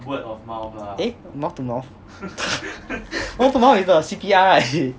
eh mouth to mouth mouth to mouth is the C_P_R right